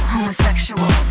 Homosexual